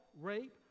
rape